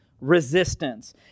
resistance